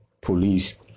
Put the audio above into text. police